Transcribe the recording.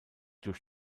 durch